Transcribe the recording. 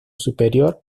superior